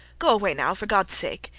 go away now, for gods sake.